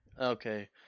Okay